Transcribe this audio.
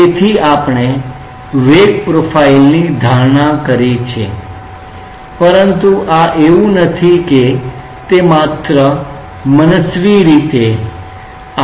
તેથી આપણે વેગ પ્રોફાઇલની ધારણા કરી છે પરંતુ આ એવું નથી કે તે માત્ર મનસ્વી રીતે આવે છે